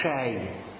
shame